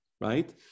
right